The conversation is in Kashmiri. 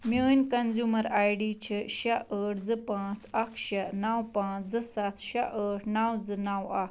میٛٲنۍ کنزیٛومر آے ڈی چھِ شےٚ ٲٹھ زٕ پانٛژھ اکھ شےٚ نَو پانٛژھ زٕ سَتھ شےٚ ٲٹھ نَو زٕ نَو اکھ